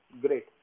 great